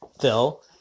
Phil